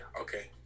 okay